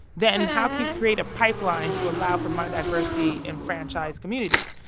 then how can you create a pipeline to allow for more diversity in franchise communities?